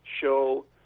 show